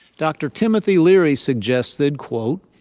dr. timothy leary suggested, quote,